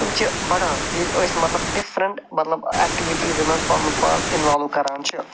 تِم چھِ بَڈان ییٚلہِ أسۍ مطلب ڈِفرنٛٹ مطلب ایکٹیٛوٗیٖزن منٛز پَنُن پان اِنوالوٗ کَران چھِ